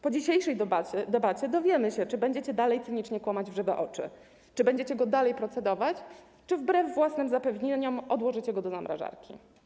Po dzisiejszej debacie dowiemy się, czy będziecie dalej cynicznie kłamać w żywe oczy, czy będziecie nadal nad tym procedować, czy wbrew własnym zapewnieniom odłożycie to do zamrażarki.